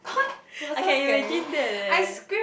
I can imagine that eh